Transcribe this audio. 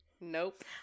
Nope